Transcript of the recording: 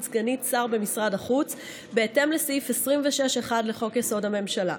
סגנית שר במשרד החוץ בהתאם לסעיף 26(1) לחוק-יסוד: הממשלה.